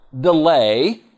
delay